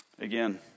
Again